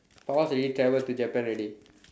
Fawaz already travel to Japan already